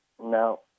No